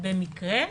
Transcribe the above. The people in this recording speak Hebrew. במקרה?